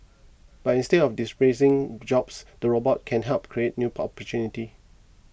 but instead of displacing jobs the robots can help create new opportunities